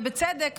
ובצדק,